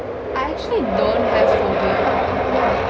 I actually don't have phobia